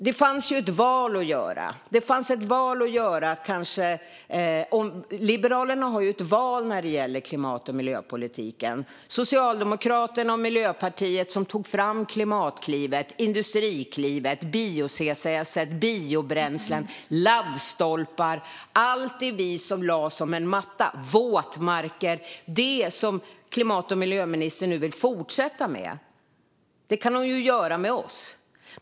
Det fanns ju ett val att göra. Liberalerna har ett val när det gäller klimat och miljöpolitiken. Det var Socialdemokraterna och Miljöpartiet som tog fram Klimatklivet och Industriklivet. Det var vi som tog initiativ till bio-CCS, biobränslen, laddstolpar, återställning av våtmarker och så vidare. Allt detta som vi lade som en matta vill klimat och miljöministern nu fortsätta med, och det kan hon göra tillsammans med oss.